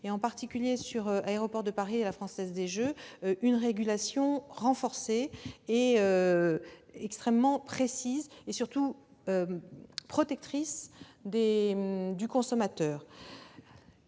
en particulier pour Aéroports de Paris et la Française des jeux, une régulation renforcée, extrêmement précise et surtout protectrice du consommateur.